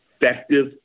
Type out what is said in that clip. effective